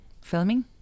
filming